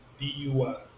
DUI